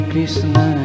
Krishna